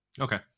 Okay